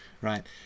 right